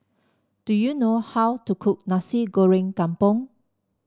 do you know how to cook Nasi Goreng Kampung